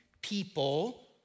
people